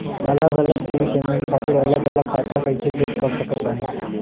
अलग अलग bill payment खातिर अलग अलग खाता कइसे सेट कर सकत बानी?